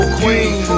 queen